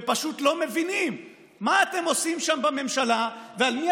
ופשוט לא מבינים מה אתם עושים שם בממשלה ועל מי